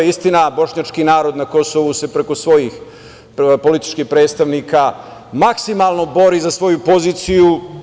Istina, bošnjački narod na Kosovu se preko svojih političkih predstavnika maksimalno bori za svoju poziciju.